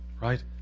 right